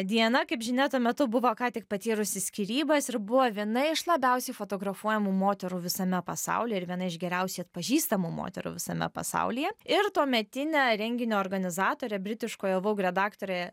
diana kaip žinia tuo metu buvo ką tik patyrusi skyrybas ir buvo viena iš labiausiai fotografuojamų moterų visame pasaulyje ir viena iš geriausiai atpažįstamų moterų visame pasaulyje ir tuometinė renginio organizatorė britiškojo vaug redaktorė